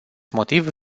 motiv